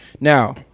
Now